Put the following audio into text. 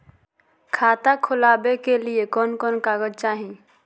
खाता खोलाबे के लिए कौन कौन कागज चाही?